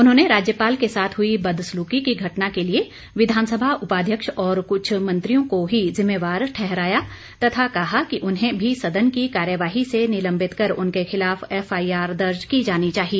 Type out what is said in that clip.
उन्होंने राज्यपाल के साथ हई बदसलुकी की घटना के लिए विधानसभा उपाध्यक्ष और कुछ मंत्रियों को ही जिम्मवार ठहराया तथा कहा कि उन्हें भी सदन की कार्यवाही से निलंबित कर उनके खिलाफ एफआईआर दर्ज की जानी चाहिए